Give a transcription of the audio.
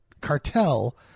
cartel